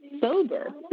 sober